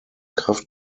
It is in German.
kraft